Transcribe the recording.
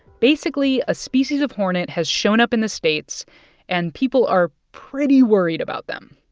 basically a species of hornet has shown up in the states and people are pretty worried about them.